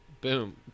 boom